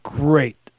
great